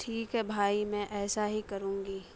ٹھیک ہے بھائی میں ایسا ہی کروں گی